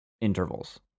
intervals